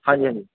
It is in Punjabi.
ਹਾਂਜੀ ਹਾਂਜੀ